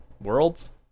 Worlds